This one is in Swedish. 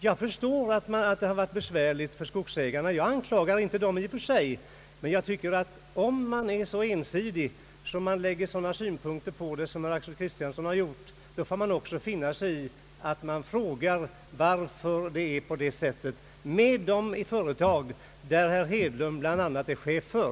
Jag förstår att skogsägarna har haft det besvärligt och jag anklagar dem inte i och för sig, men om man är så ensidig i sina synpunkter som herr Axel Kristiansson, får man också finna sig i att bli tillfrågad om varför nedläggning skett av bl.a. sådana företag som herr Hedlund är chef för.